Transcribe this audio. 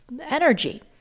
energy